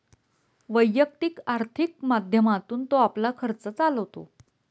वैयक्तिक आर्थिक माध्यमातून तो आपला खर्च चालवतो